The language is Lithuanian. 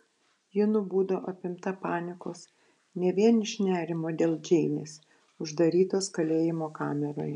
ji nubudo apimta panikos ne vien iš nerimo dėl džeinės uždarytos kalėjimo kameroje